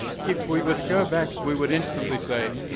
if we were to go back, we would instantly say,